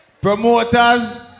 Promoters